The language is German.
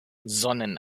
sonnen